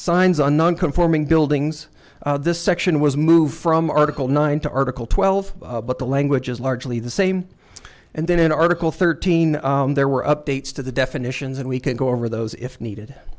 signs are nonconforming buildings this section was moved from article nine to article twelve but the language is largely the same and then an article thirteen there were updates to the definitions and we can go over those if needed